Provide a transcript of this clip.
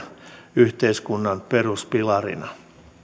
yhteiskunnan peruspilarina